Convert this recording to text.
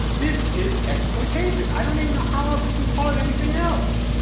this is exploitation. i don't even know how else you can call it anything else.